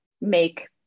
make